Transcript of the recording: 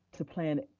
to plan,